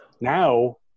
Now